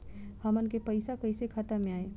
हमन के पईसा कइसे खाता में आय?